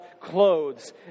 clothes